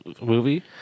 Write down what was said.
movie